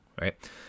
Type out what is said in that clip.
right